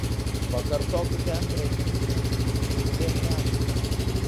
pakartokite antrą žingsnį su kitais dviem lęšiais